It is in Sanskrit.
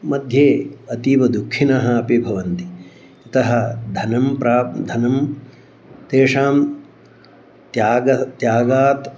मध्ये अतीव दुखिनः अपि भवन्ति अतः धनं प्राप्य धनं तेषां त्यागं त्यागात्